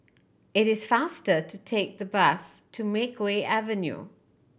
it is faster to take the bus to Makeway Avenue